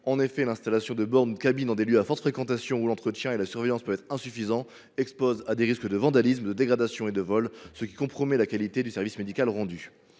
En effet, l’installation de bornes ou de cabines dans des lieux très fréquentés, où l’entretien et la surveillance peuvent être insuffisants, les expose à des risques de vandalisme, de dégradation et de vol, ce qui compromet la qualité du service médical rendu.